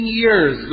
years